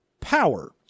Power